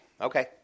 okay